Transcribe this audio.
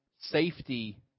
safety